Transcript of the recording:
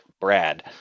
brad